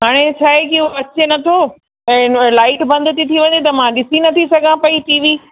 हाणे छा आहे की हू अचे नथो ऐं लाइट बंदि थी थी वञे त मां ॾिसी नथी सघां पेई टी वी